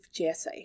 GSA